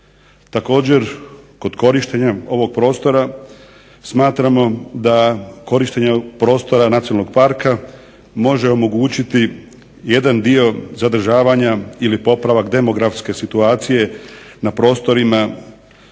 Također kod korištenja ovog prostora smatramo da korištenje prostora nacionalnog parka može omogućiti jedan dio zadržavanja ili popravak demografske situacije na prostorima